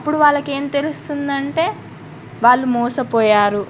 అప్పుడు వాళ్ళక ఏం తెలుస్తుందంటే వాళ్ళు మోసపోయారు అని